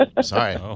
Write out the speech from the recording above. Sorry